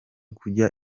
kujya